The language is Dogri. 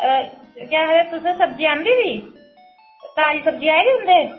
केह् आखदे तुसें सब्जी आंदी दी ताजी सब्जी आई दी तुंदे